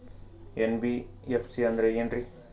NBFC ಅಂದ್ರ ಏನ್ರೀ?